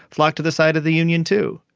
flocked to the side of the union, too.